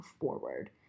forward